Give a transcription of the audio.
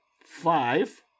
five